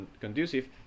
conducive